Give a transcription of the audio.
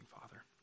Father